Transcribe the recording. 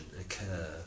occur